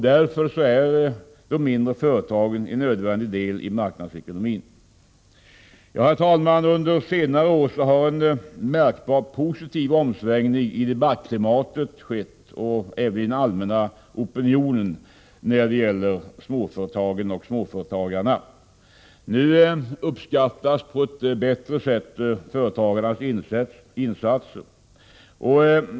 Därför utgör de mindre företagen en nödvändig del av marknadsekonomin. Herr talman! Under senare år har en märkbart positiv omsvängning i debattklimatet skett, och även i den allmänna opinionen, när det gäller småföretagen och småföretagarna. Nu uppskattas företagarnas insatser på ett bättre sätt.